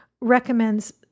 recommends